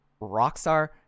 Rockstar